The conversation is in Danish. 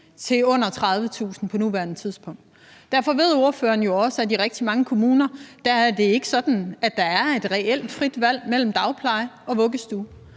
til under 30.000 på nuværende tidspunkt. Derfor ved ordføreren også, at det i rigtig mange kommuner ikke er sådan, at der er et reelt frit valg mellem dagpleje og vuggestue.